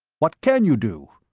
what can you do?